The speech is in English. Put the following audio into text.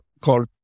called